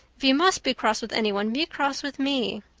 if you must be cross with anyone, be cross with me.